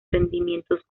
rendimientos